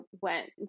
went